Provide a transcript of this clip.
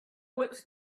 was